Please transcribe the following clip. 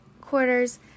quarter's